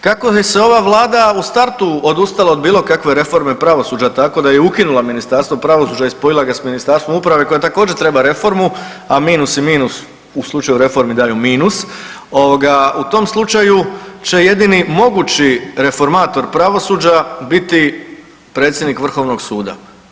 Kako je se ova Vlada u startu odustala od bilo kakve reforme pravosuđa, tako da je ukinula Ministarstvo pravosuđa i spojila ga s Ministarstvom uprave, koje također, treba reformu, a minus i minus, u slučaju reformi daju minus, u tom slučaju će jedini mogući reformator pravosuđa biti predsjednik VSRH-a.